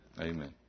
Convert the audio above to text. Amen